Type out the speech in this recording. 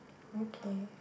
okay